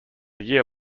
year